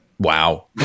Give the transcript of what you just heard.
wow